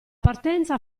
partenza